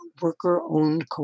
worker-owned